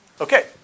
Okay